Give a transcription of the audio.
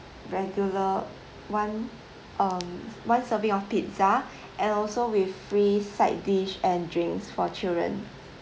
regular one um one serving of pizza and also with free side dish and drinks for children